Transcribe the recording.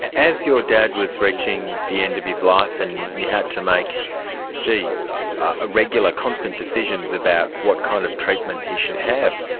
as your dad was reaching the end of his life and you had to make ah regular, constant decisions about what kind of treatment he should have,